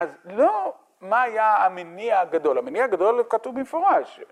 ‫אז לא מה היה המניע הגדול. ‫המניע הגדול כתוב במפורש.